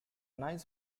nice